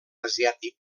asiàtic